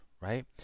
right